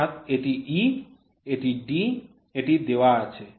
অর্থাৎ এটি e এটি d এটিও দেওয়া আছে